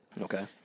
Okay